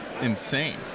insane